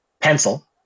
pencil